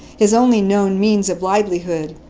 his only known means of livelihood.